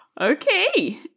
Okay